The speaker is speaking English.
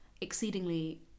exceedingly